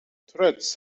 trots